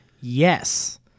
yes